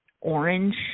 orange